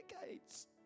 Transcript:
decades